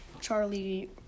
Charlie